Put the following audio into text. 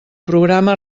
programa